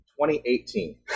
2018